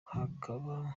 hakaba